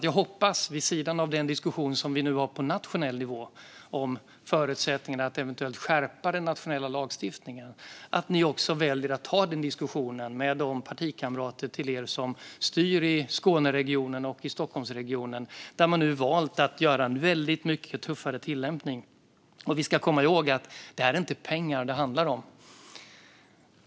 Jag hoppas att ni vid sidan av den diskussion vi nu för på nationell nivå om förutsättningarna för att eventuellt skärpa den nationella lagstiftningen väljer att ta den diskussionen med de partikamrater till er som styr i Skåneregionen och i Stockholmsregionen, där man nu valt att göra en väldigt mycket tuffare tillämpning. Vi ska också komma ihåg att det inte är pengar det handlar om här.